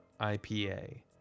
IPA